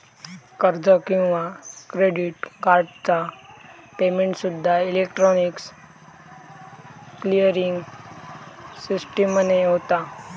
कर्ज किंवा क्रेडिट कार्डचा पेमेंटसूद्दा इलेक्ट्रॉनिक क्लिअरिंग सिस्टीमने होता